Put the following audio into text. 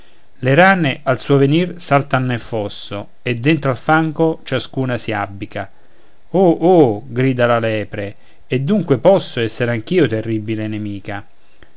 le rane al suo venir saltan nel fosso e dentro al fango ciascuna si abbica oh oh grida la lepre e dunque posso esser anch'io terribile nemica